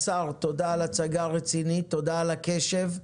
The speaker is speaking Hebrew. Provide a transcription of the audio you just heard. לשר, תודה על הצגה רצינית, תודה על הקשב.